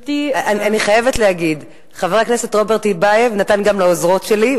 אני חייבת להגיד: חבר הכנסת רוברט טיבייב נתן גם לעוזרות שלי,